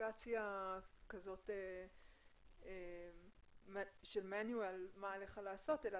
ספציפיקציה כזאת של מה עליך לעשות אלא